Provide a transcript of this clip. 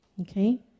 Okay